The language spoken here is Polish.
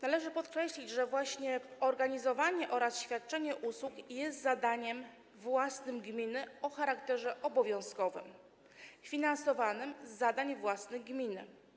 Należy podkreślić, że właśnie organizowanie oraz świadczenie usług jest zadaniem własnym gminy o charakterze obowiązkowym, finansowanym z zadań własnych gminy.